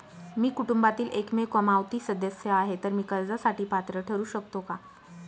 मी कुटुंबातील एकमेव कमावती सदस्य आहे, तर मी कर्जासाठी पात्र ठरु शकतो का?